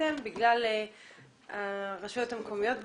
שרציתם בגלל הרשויות המקומיות והבחירות.